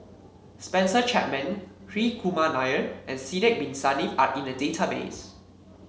Spencer Chapman Hri Kumar Nair and Sidek Bin Saniff are in the database